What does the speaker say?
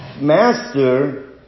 master